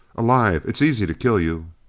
alive. it is easy to kill you.